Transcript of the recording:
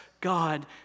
God